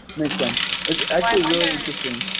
makes sense. it's actually really interesting.